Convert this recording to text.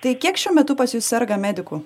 tai kiek šiuo metu pas jus serga medikų